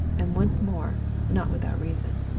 and once more not without reason.